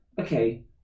okay